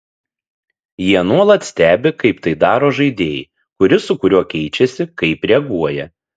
jie nuolat stebi kaip tai daro žaidėjai kuris su kuriuo keičiasi kaip reaguoja